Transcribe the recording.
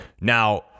Now